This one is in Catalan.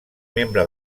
membre